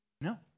No